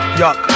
yuck